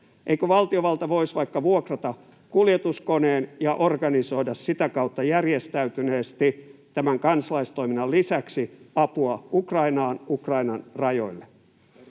Eikö valtiovalta voisi vaikka vuokrata kuljetuskoneen ja organisoida sitä kautta järjestäytyneesti tämän kansalaistoiminnan lisäksi apua Ukrainaan, Ukrainan rajoille?